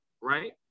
right